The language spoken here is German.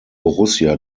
borussia